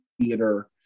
theater